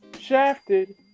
shafted